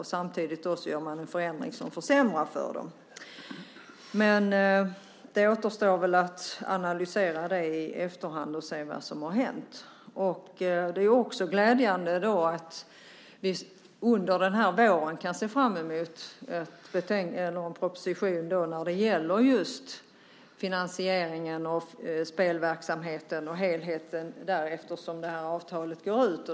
Samtidigt gör man en förändring som försämrar för dem. Men det återstår väl att analysera det i efterhand och se vad som har hänt. Det är också glädjande att vi under den här våren kan se fram emot en proposition när det gäller just finansieringen av spelverksamheten och helheten där, eftersom avtalet går ut.